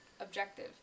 objective